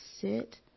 sit